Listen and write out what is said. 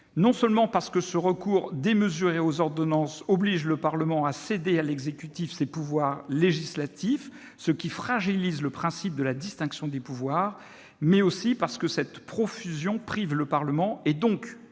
Non seulement parce que ce recours démesuré aux ordonnances oblige le Parlement à céder à l'exécutif ses pouvoirs législatifs, ce qui fragilise le principe de la distinction des pouvoirs, mais aussi parce que cette profusion prive le Parlement, et donc